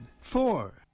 Four